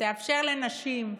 תאפשר לנשים,